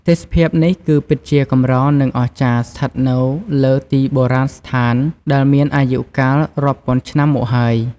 ទេសភាពនេះ គឺពិតជាកម្រ និងអស្ចារ្យស្ថិតនៅលើទីបុរាណស្ថានដែលមានអាយុកាលរាប់ពាន់ឆ្នាំមកហើយ។